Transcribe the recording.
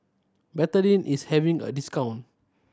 betadine is having a discount